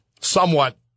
somewhat